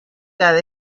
cada